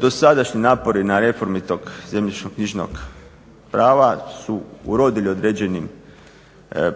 Dosadašnji napori na reformi tog zemljišno-knjižnog prava su urodili određenim